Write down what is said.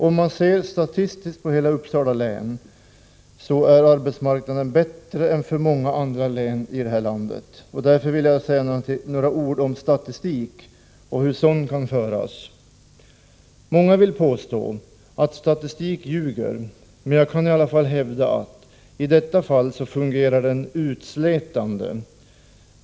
Om man ser statistiskt på hela Uppsala län, finner man att arbetsmarknaden där är bättre än den är i många andra län i landet. Därför vill jag säga några ord om statistik och om hur sådan kan föras. Många vill påstå att statistik ljuger, men jag kan i alla fall hävda att den i detta fall fungerar utslätande.